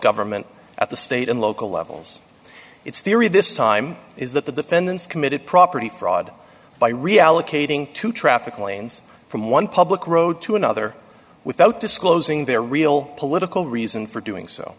government at the state and local levels its theory this time is that the defendants committed property fraud by reallocating to traffic lanes from one public road to another without disclosing their real political reason for doing so